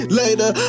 later